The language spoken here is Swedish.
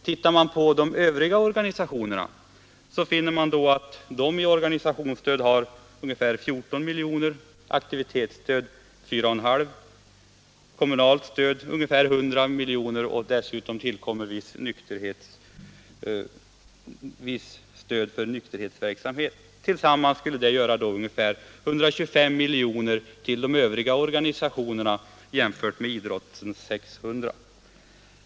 Ser man på de övriga organisationerna, så finner man att de i organisationsstöd har ungefär 14 miljoner kronor, aktivitetsstöd 4,5 miljoner och kommunalt stöd ungefär 100 miljoner kronor. Dessutom tillkommer visst stöd för nykterhetsfrämjande verksamhet. Tillsammans skulle det göra ungefär 125 miljoner till de övriga organisationerna mot idrottens 600 miljoner.